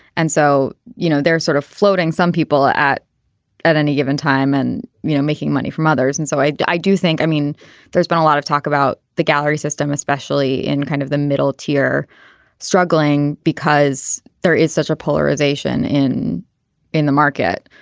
and so you know they're sort of floating some people at at any given time and you know making money from others and so i do i do think i mean there's been a lot of talk about the gallery system especially in kind of the middle tier struggling because there is such a polarization in in the market.